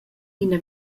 ina